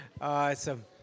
Awesome